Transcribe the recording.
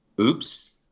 Oops